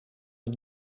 het